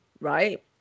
right